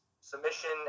submission